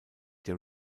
der